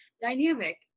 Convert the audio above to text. dynamic